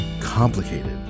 complicated